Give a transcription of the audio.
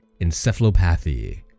encephalopathy